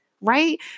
right